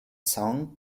song